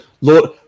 lord